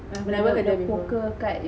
I've never heard before